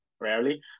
rarely